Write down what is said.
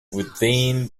within